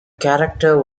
character